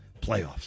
playoffs